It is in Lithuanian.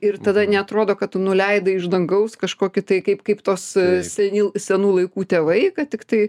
ir tada neatrodo kad tu nuleidai iš dangaus kažkokį tai kaip kaip tos senil senų laikų tėvai kad tiktai